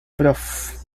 prof